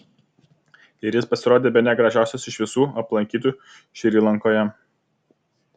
ir jis pasirodė bene gražiausias iš visų aplankytų šri lankoje